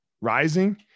rising